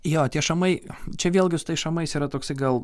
jo tie šamai čia vėlgi su tais šamais yra toksai gal